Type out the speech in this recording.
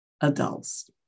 adults